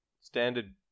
standard